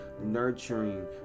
nurturing